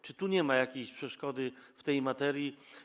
Czy tu nie ma jakiejś przeszkody w tej materii?